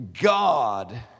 God